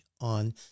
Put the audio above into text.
on